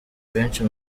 benshi